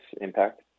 impact